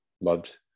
loved